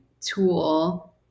tool